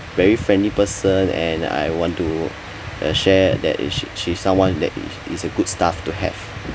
very friendly person and I want to uh share that is she she's someone that is is a good staff to have